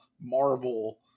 Marvel